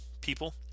people